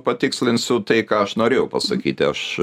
patikslinsiu tai ką aš norėjau pasakyti aš